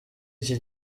iki